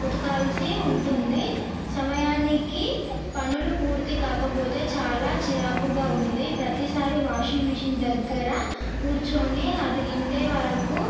ఉతకాల్సి ఉంటుంది సమయానికి పనులు పూర్తి కాకపోతే చాలా చిరాకుగా ఉంది ప్రతిసారి వాషింగ్ మెషిన్ దగ్గర కూర్చొని అది నిండే వరకు